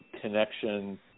connection